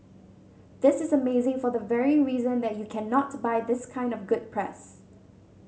this is amazing for the very reason that you cannot buy this kind of good press